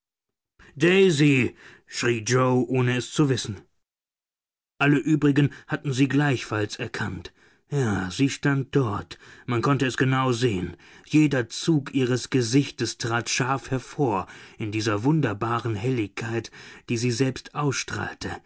daisy schrie yoe ohne es zu wissen alle übrigen hatten sie gleichfalls erkannt ja sie stand dort man konnte es genau sehen jeder zug ihres gesichtes trat scharf hervor in dieser wunderbaren helligkeit die sie selbst ausstrahlte